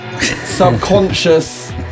subconscious